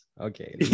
okay